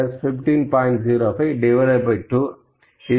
052 15